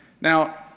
Now